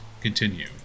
continue